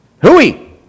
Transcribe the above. Hooey